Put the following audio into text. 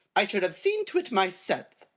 i should have seen to it myself.